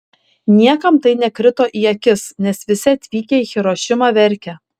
niekam tai nekrito į akis nes visi atvykę į hirošimą verkė